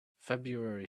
february